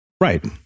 right